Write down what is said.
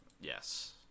Yes